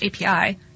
API